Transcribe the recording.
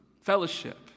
fellowship